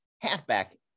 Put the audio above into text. halfback